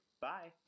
bye